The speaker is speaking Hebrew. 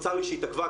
צר לי שהיא התעכבה,